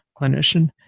clinician